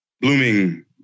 blooming